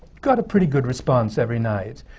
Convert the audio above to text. got a pretty good response every night,